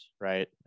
right